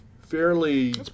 fairly